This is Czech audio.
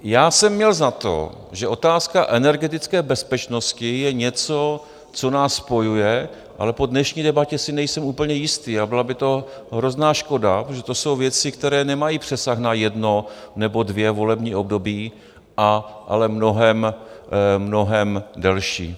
Já jsem měl za to, že otázka energetické bezpečnosti je něco, co nás spojuje, ale po dnešní debatě si nejsem úplně jistý, a byla by to hrozná škoda, protože to jsou věci, které nemají přesah na jedno nebo dvě volební období, ale mnohem, mnohem delší.